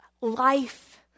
life